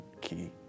key